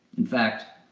in fact,